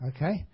Okay